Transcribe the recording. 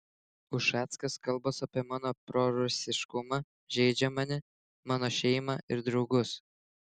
ušackas kalbos apie mano prorusiškumą žeidžia mane mano šeimą ir draugus